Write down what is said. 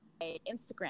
Instagram